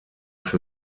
für